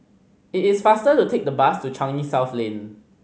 it is faster to take the bus to Changi South Lane